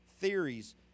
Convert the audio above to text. theories